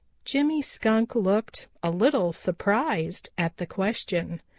jimmy skunk looked a little surprised at the question.